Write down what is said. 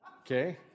Okay